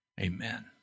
Amen